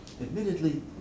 admittedly